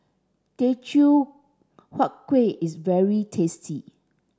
Teochew Huat Kuih is very tasty